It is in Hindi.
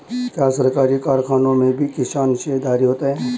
क्या सरकारी कारखानों में भी किसान शेयरधारी होते हैं?